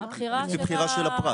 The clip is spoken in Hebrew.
בחירה של הפרט.